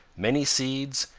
many seeds,